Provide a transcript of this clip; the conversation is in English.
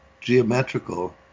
geometrical